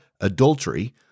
adultery